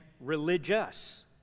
religious